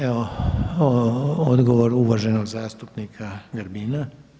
Evo, odgovor uvaženog zastupnika Grbina.